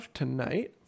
tonight